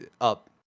up